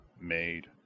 made